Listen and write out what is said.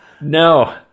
No